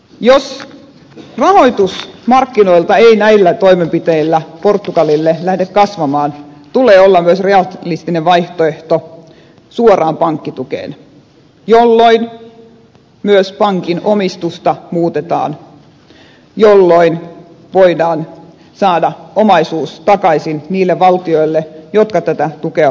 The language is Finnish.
jos rahoitus markkinoilta ei näillä toimenpiteillä portugalille lähde kasvamaan tulee olla myös realistinen vaihtoehto suoraan pankkitukeen jolloin myös pankin omistusta muutetaan jolloin voidaan saada omaisuus takaisin niille valtioille jotka tätä tukea ovat antamassa